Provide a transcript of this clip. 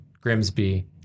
Grimsby